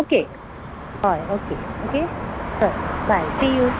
okay अय okay okay चल bye see you